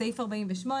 סעיף 48,